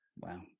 wow